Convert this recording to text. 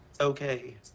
okay